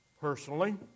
Personally